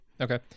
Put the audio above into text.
okay